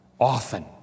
Often